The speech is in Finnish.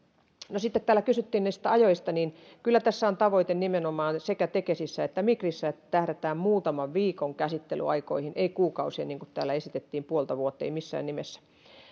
sitten täällä kysyttiin näistä ajoista kyllä tässä on tavoite nimenomaan sekä tekesissä että migrissä että tähdätään muutaman viikon käsittelyaikoihin ei kuukausien niin kuin täällä esitettiin puolta vuotta ei missään nimessä